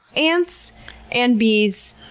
ants and bees.